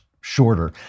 shorter